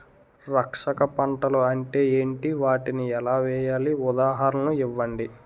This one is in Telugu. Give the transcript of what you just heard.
రక్షక పంటలు అంటే ఏంటి? వాటిని ఎలా వేయాలి? ఉదాహరణలు ఇవ్వండి?